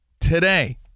today